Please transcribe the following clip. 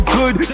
good